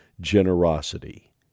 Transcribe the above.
generosity